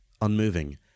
unmoving